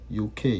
UK